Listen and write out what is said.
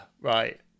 right